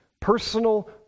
personal